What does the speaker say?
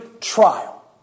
trial